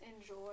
enjoy